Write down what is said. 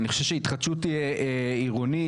אני חושב שהתחדשות עירונית,